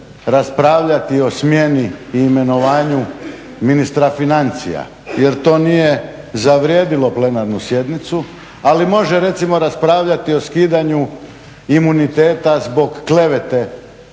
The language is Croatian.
raspravljati o smjeni i imenovanju ministra financija jer to nije zavrijedilo plenarnu sjednicu ali može recimo raspravljati o skidanju imuniteta zbog klevete